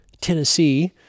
Tennessee